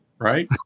Right